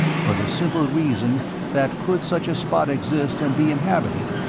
for the simple reason that could such a spot exist and be inhabited,